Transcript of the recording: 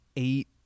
eight